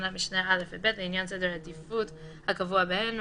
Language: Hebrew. בתקנות משנה (א) ו-(ב) לעניין סדר העדיפות הקבוע בהן,